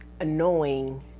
annoying